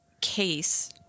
case